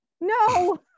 no